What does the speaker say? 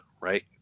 right